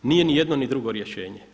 Nije ni jedno ni drugo rješenje.